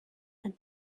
and